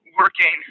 working